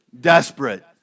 desperate